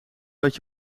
wat